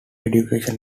education